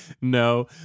no